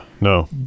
No